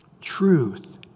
Truth